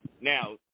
now